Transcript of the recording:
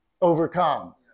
overcome